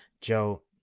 Joe